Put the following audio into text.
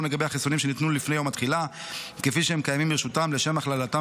לגבי חיסונים שנתנו לפני יום התחילה כפי שהם קיימים ברשותם לשם הכללתם